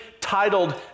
titled